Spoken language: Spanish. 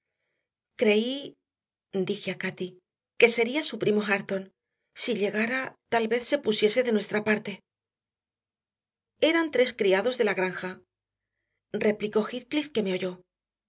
creí dije a cati que sería su primo hareton si llegara tal vez se pusiese de nuestra parte eran tres criados de la granja replicó heathcliff que me oyó